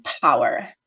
power